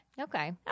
okay